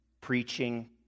Preaching